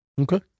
Okay